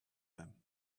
them